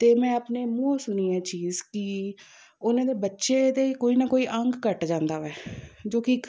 ਅਤੇ ਮੈਂ ਆਪਣੇ ਮੂੰਹੋਂ ਸੁਣੀ ਇਹ ਚੀਜ਼ ਕਿ ਉਹਨਾਂ ਦੇ ਬੱਚੇ 'ਤੇ ਕੋਈ ਨਾ ਕੋਈ ਅੰਗ ਘੱਟ ਜਾਂਦਾ ਵੈ ਜੋ ਕਿ ਇੱਕ